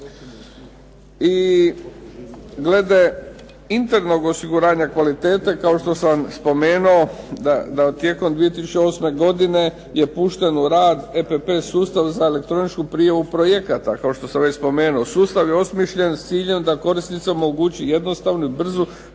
I glede internog osiguranja kvalitete kao što sam spomenuo da tijekom 2008. godine pušten u rad EPP sustav za elektroničku prijavu projekata. Kao što sam već spomenuo. Sustav je osmišljen s ciljem da korisnicima omogući jednostavnu i brzu prijavu